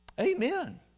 Amen